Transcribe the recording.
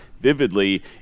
vividly